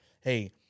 hey